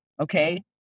okay